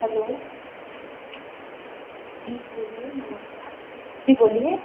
hello जी बोलिए नमस्कार जी बोलिए